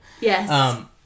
Yes